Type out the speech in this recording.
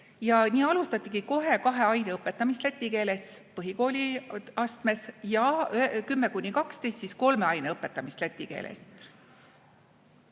Ja nii alustatigi kohe kahe aine õpetamist läti keeles põhikooli astmes ja klassides 10–12 kolme aine õpetamist läti keeles.